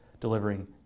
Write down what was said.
delivering